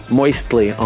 moistly